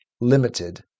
limited